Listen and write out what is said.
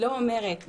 התוספת לא אומרת ---.